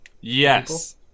Yes